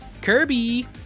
Kirby